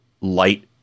light